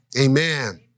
Amen